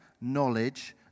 knowledge